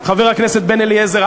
חבר הכנסת בן-אליעזר,